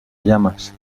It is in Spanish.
llamas